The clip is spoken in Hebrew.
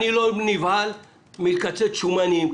אני לא נבהל מקיצוץ שומנים,